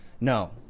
no